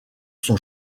son